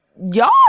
Y'all